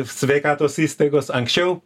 sveikatos įstaigos anksčiau